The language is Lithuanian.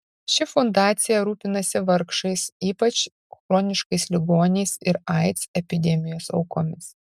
ši fundacija rūpinasi vargšais ypač chroniškais ligoniais ir aids epidemijos aukomis